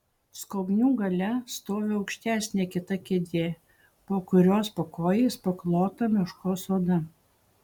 skobnių gale stovi aukštesnė kita kėdė po kurios pakojais paklota meškos oda